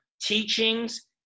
teachings